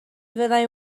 fyddai